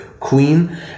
queen